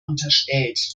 unterstellt